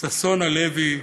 ששון הלוי,